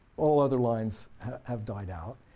all other lines have died out,